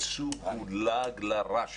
התקצוב הוא לעג לרש